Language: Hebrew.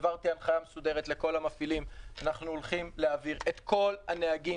העברתי הנחייה מסודרת לכל המפעילים אנחנו הולכים להעביר את כל הנהגים